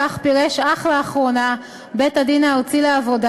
כך פירש אך לאחרונה בית-הדין הארצי לעבודה